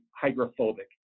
hydrophobic